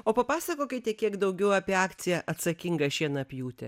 o papasakokite kiek daugiau apie akciją atsakinga šienapjūtė